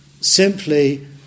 simply